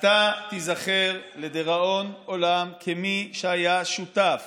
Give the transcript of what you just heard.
אתה תיזכר לדיראון עולם כמי שהיה שותף